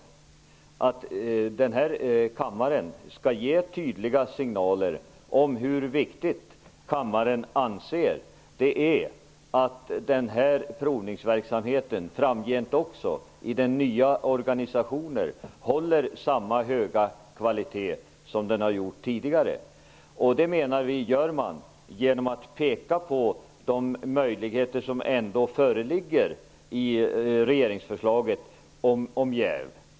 Den här kammaren skall ge tydliga signaler om hur viktigt kammaren anser att det är att provningsverksamheten också framgent, i den nya organisationen, håller samma höga kvalitet som den har gjort tidigare. Det menar vi att man gör genom att peka på de möjligheter till jäv som ändå föreligger i regeringsförslaget.